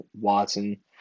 Watson